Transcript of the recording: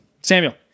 Samuel